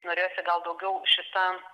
norėjosi gal daugiau šita